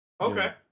Okay